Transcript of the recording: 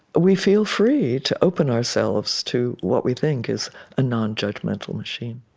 we feel free to open ourselves to what we think is a nonjudgmental machine